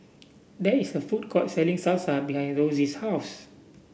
there is a food court selling Salsa behind Rosie's house